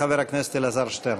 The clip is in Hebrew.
חבר הכנסת אלעזר שטרן.